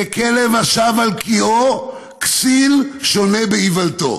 ככלב שב על קאו כסיל שונה באִוַלתו.